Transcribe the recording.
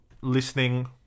listening